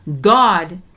God